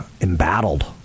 embattled